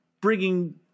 bringing